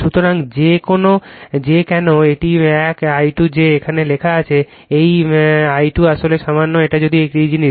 সুতরাং যে কেন এই এক I2 যে এখানে লেখা আছে এই I2 আসলে সামান্য এটা যদি এই জিনিস